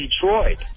Detroit